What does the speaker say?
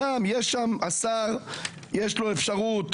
לשר יש אפשרות